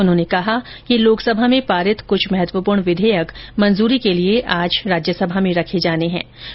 उन्होंने कहा कि लोकसभा में पारित कुछ महत्वपूर्ण विधेयक मंजूरी के लिए आज राज्यसभा में रखे जाएंगे